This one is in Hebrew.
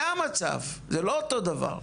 זה המצב, זה לא אותו הדבר.